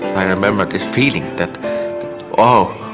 i remember the feeling that oh,